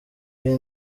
y’iyi